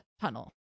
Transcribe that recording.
tunnel